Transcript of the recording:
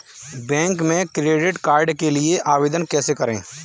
Bank में credit card के लिए आवेदन कैसे करें?